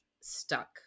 stuck